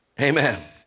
Amen